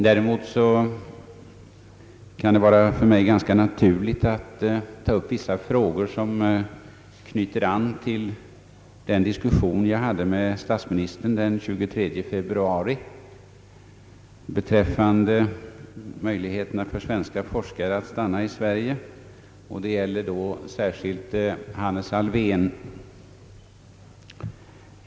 Däremot kan det för mig vara ganska naturligt att beröra vissa frågor som knyter an till den diskussion jag hade med statsministern den 23 februari beträffande möjligheterna för svenska forskare att stanna i Sverige — det gäller då särskilt Hannes Alfvén.